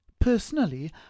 Personally